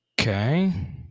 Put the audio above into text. Okay